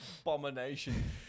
abomination